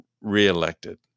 reelected